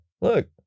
look